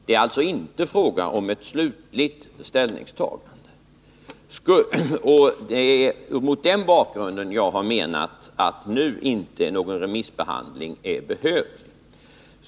Det är alltså inte fråga om ett slutligt ställningstagande. Det är mot den bakgrunden jag har menat att någon remissbehandling nu inte är behövlig.